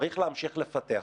צריך להמשיך לפתח אותה.